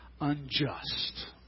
unjust